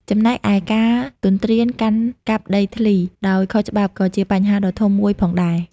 ចំណែកឯការទន្ទ្រានកាន់កាប់ដីធ្លី ដោយខុសច្បាប់ក៏ជាបញ្ហាដ៏ធំមួយផងដែរ។